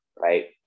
Right